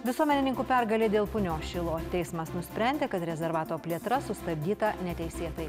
visuomenininkų pergalė dėl punios šilo teismas nusprendė kad rezervato plėtra sustabdyta neteisėtai